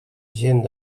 gent